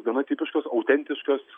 gana tipiškas autentiškas